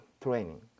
training